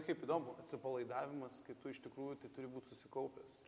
kaip įdomu atsipalaidavimas kai tu iš tikrųjų tai turi būt susikaupęs